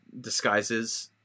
disguises